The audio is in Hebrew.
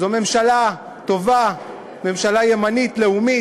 זו ממשלה טובה, ממשלה ימנית לאומית,